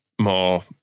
more